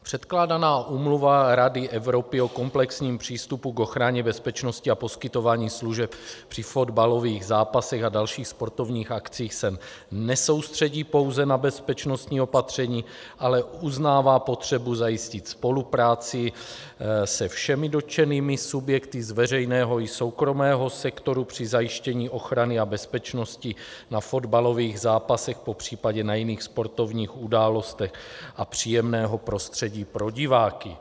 Předkládaná Úmluva Rady Evropy o komplexním přístupu k ochraně, bezpečnosti a poskytování služeb při fotbalových zápasech a dalších sportovních akcích se nesoustředí pouze na bezpečnostní opatření, ale uznává potřebu zajistit spolupráci se všemi dotčenými subjekty z veřejného i soukromého sektoru při zajištění ochrany a bezpečnosti na fotbalových zápasech, popř. na jiných sportovních událostech, a příjemného prostředí pro diváky.